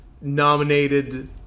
nominated